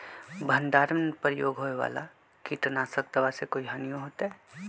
भंडारण में प्रयोग होए वाला किट नाशक दवा से कोई हानियों होतै?